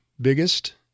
biggest